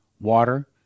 water